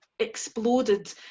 exploded